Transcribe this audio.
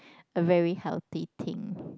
a very healthy thing